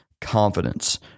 confidence